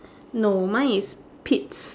no mine is pete's